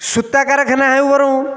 ସୂତା କାରଖାନା ହେଉ ବରଂ